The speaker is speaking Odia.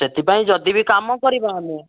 ସେଥିପାଇଁ ଯଦି ବି କାମ କରିବା ଆମେ